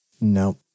no